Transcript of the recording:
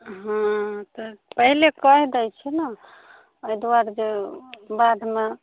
हँ तऽ पहिनहि कहि दै छी ने एहि दुआरे जे बादमे